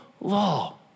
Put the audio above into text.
law